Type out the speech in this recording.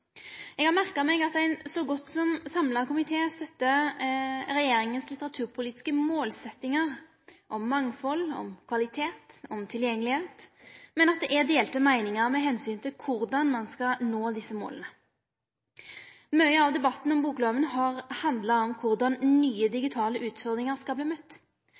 Eg har merka meg at ein så godt som samla komité støttar regjeringa sine litteraturpolitiske målsettingar om mangfald, kvalitet og tilgjengelegheit, men at det er delte meiningar med omsyn til korleis ein skal nå desse måla. Mykje av debatten om bokloven har handla om korleis nye digitale utfordringar skal